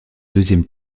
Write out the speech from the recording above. deuxième